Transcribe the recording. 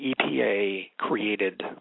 EPA-created